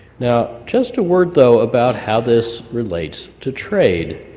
now just a word, though, about how this relates to trade.